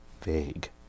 vague